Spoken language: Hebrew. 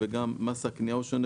וגם מס הקנייה הוא שונה.